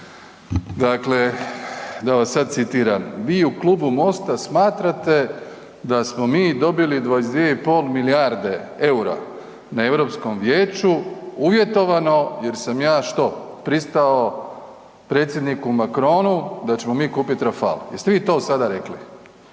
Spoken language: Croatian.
Dakle, da vas sad citiram vi u Klubu MOST-a smatrate da smo mi dobili 22,5 milijarde EUR-a na Europskom vijeću uvjetovano jer sam ja što, pristao predsjedniku Macronu da ćemo mi kupiti Rafal. Jeste vi to sada rekli?